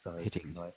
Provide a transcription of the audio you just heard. hitting